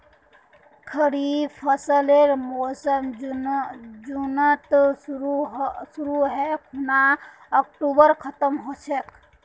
खरीफ फसलेर मोसम जुनत शुरु है खूना अक्टूबरत खत्म ह छेक